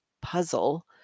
puzzle